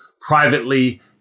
Privately